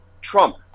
Trump